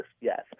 yes